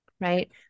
right